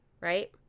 right